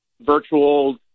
virtual